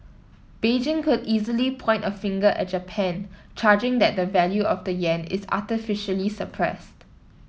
Beijing could easily point a finger at Japan charging that the value of the Yen is artificially suppressed